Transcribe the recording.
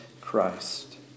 Christ